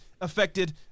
affected